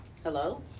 Hello